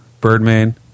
Birdman